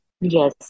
Yes